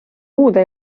uude